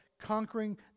conquering